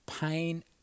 Pain